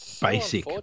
basic